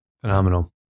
Phenomenal